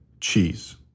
cheese